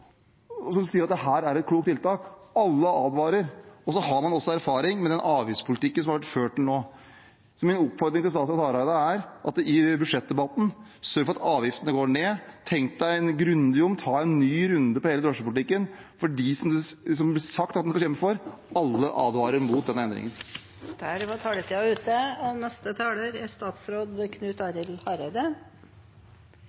som sier at dette er et klokt tiltak. Alle advarer. Så har man også erfaring med den avgiftspolitikken som har vært ført til nå. Min oppfordring til statsråd Hareide i budsjettdebatten er at han sørger for at avgiftene går ned, at han tenker seg grundig om og tar en ny runde på hele drosjepolitikken. For blant dem som det blir sagt at en skal kjempe for , advarer alle mot denne endringen. Der var taletiden ute.